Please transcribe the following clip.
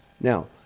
Now